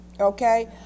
okay